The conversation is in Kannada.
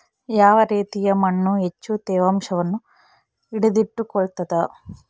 ಯಾವ ರೇತಿಯ ಮಣ್ಣು ಹೆಚ್ಚು ತೇವಾಂಶವನ್ನು ಹಿಡಿದಿಟ್ಟುಕೊಳ್ತದ?